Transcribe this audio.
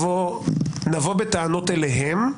נבוא בטענות אליהם.